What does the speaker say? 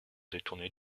détourner